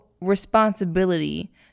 responsibility